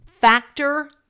Factor